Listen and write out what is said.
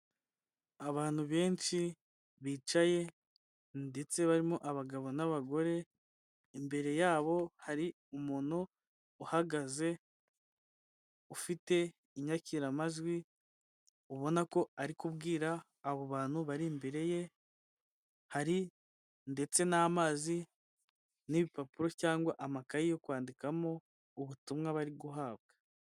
Abantu benshi bicaye ndetse barimo abagabo n'abagore, imbere yabo hari umuntu uhagaze, ufite inyakiramajwi, ubona ko ari kubwira abo bantu bari imbere ye, hari ndetse n'amazi n'ibipapuro cyangwa amakayi yo kwandikamo ubutumwa bari guhabwa.